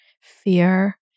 fear